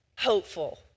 hopeful